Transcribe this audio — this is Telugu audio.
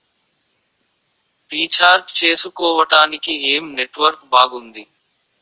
రీఛార్జ్ చేసుకోవటానికి ఏం నెట్వర్క్ బాగుంది?